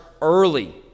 early